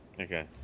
Okay